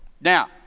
Now